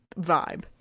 vibe